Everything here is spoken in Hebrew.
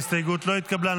ההסתייגות לא התקבלה.